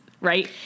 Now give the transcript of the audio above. right